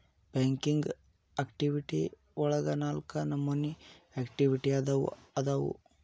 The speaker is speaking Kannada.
ಬ್ಯಾಂಕಿಂಗ್ ಆಕ್ಟಿವಿಟಿ ಒಳಗ ನಾಲ್ಕ ನಮೋನಿ ಆಕ್ಟಿವಿಟಿ ಅದಾವು ಅದಾವು